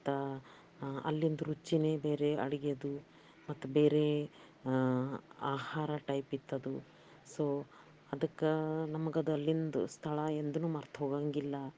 ಮತ್ತು ಅಲ್ಲಿಂದು ರುಚಿಯೇ ಬೇರೆ ಅಡುಗೇದು ಮತ್ತು ಬೇರೆ ಆಹಾರ ಟೈಪ್ ಇತ್ತು ಅದು ಸೋ ಅದಕ್ಕೆ ನಮ್ಗೆ ಅದು ಅಲ್ಲಿಂದು ಸ್ಥಳ ಎಂದೂನೂ ಮರ್ತು ಹೋಗೋಂಗಿಲ್ಲ